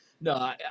No